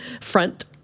front